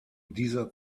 dieser